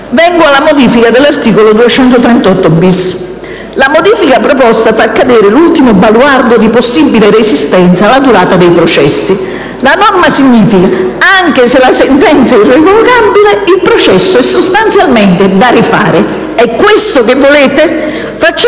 del codice di procedura penale. La modifica proposta fa cadere l'ultimo baluardo di possibile resistenza alla durata dei processi. La norma significa che «anche se la sentenza è irrevocabile il processo è sostanzialmente da rifare». È questo che volete? Facciamo